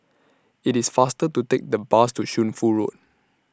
IT IS faster to Take The Bus to Shunfu Road